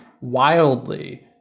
wildly